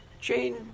Jane